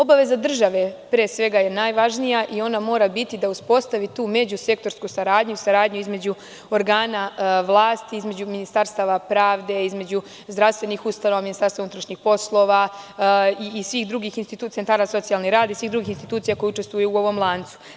Obaveza države, pre svega, je najvažnija i ona mora biti da uspostavi tu međusektorsku saradnju, saradnju između organa vlasti, između ministarstava pravde, između zdravstvenih ustanova, Ministarstva unutrašnjih poslova i svih drugih institucija, centara za socijalni rad i svim drugih institucija koje učestvuju u ovom lancu.